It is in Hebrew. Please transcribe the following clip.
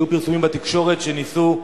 היו פרסומים בתקשורת שניסו,